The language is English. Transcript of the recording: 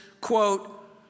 quote